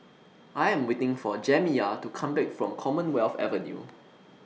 I Am waiting For Jamiya to Come Back from Commonwealth Avenue